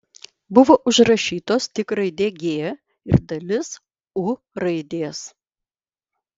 buvo užrašytos tik raidė g ir dalis u raidės